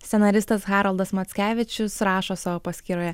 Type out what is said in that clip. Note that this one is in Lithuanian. scenaristas haroldas mackevičius rašo savo paskyroje